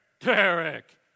Derek